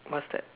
what's that